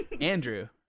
Andrew